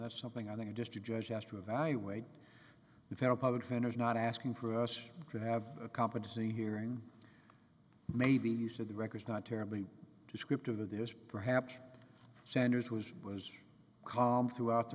that's something i think a district judge has to evaluate the federal public defender is not asking for us to have a competency hearing maybe use of the records not terribly descriptive of this perhaps sanders who's was calm throughout the